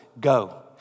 go